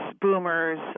boomers